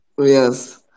Yes